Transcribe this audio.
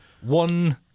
One